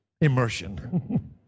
Immersion